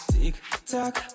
Tick-tock